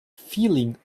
feeling